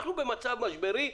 אנחנו במצב משברי.